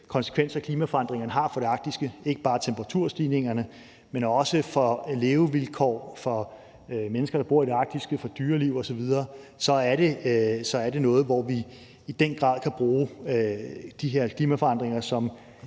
konsekvenser, klimaforandringerne har for det arktiske, ikke bare temperaturstigningerne, men også for levevilkår for mennesker, der bor i det arktiske, for dyreliv osv., så er det noget, hvor vi i den grad kan bruge de her klimaforandringer til